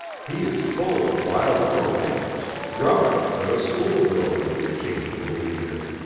he is full of wild romance, rubbish that a school-girl would be ashamed to believe in.